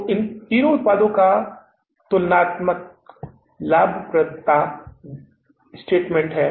तो यह उत्पादों का तुलनात्मक लाभप्रदता स्टेटमेंट है